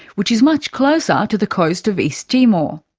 which is much closer to the coast of east timor.